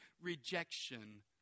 rejection